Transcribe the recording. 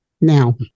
Now